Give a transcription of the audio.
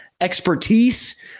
expertise